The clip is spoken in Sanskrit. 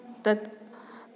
तत्